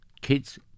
kids